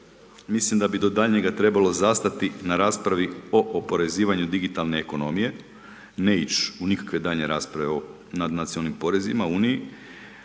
mislim da bi do daljnjega trebalo zastati na raspravi o oporezivanju digitalne ekonomije, ne ići u nikakve daljnje rasprave o nadnacionalnih porezima u Uniji.